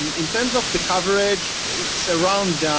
um in terms of the coverage, it's around